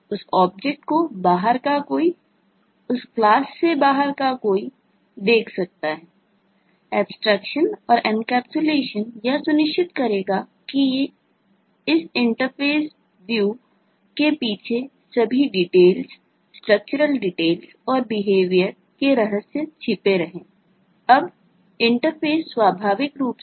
उस ऑब्जेक्ट को बाहर का कोई उस क्लास से बाहर का कोई देख सकता है